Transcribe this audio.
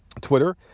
Twitter